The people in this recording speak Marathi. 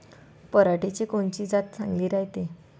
पऱ्हाटीची कोनची जात चांगली रायते?